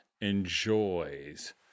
enjoys